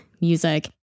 music